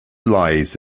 lies